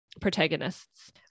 protagonists